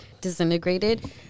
disintegrated